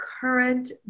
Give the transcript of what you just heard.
current